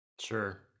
Sure